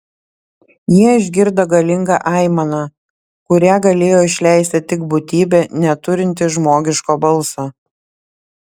jie išgirdo galingą aimaną kurią galėjo išleisti tik būtybė neturinti žmogiško balso